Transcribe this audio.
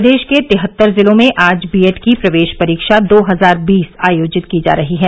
प्रदेश के तिहत्तर जिलों में आज बीएड की प्रवेश परीक्षा दो हजार बीस आयोजित की जा रही है